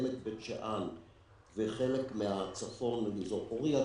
עמק בית שאן וחלק מהצפון ומאזור פורייה,